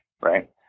Right